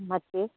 ಮತ್ತೆ